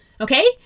okay